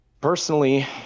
personally